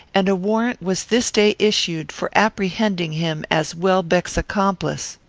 and a warrant was this day issued for apprehending him as welbeck's accomplice.